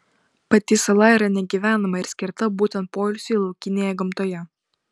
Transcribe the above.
pati sala yra negyvenama ir skirta būtent poilsiui laukinėje gamtoje